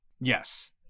Yes